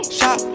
Shop